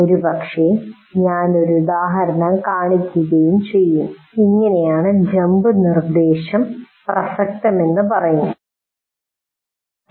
ഒരുപക്ഷേ ഞാൻ ഒരു ഉദാഹരണം കാണിക്കുകയും ഇങ്ങനെയാണ് ജമ്പ് നിർദ്ദേശം പ്രസക്തമെന്ന് പറയുകയും ചെയ്യും